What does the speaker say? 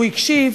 הוא הקשיב,